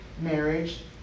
marriage